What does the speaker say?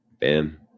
Bam